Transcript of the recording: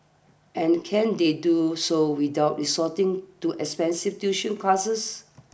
and can they do so without resorting to expensive tuition classes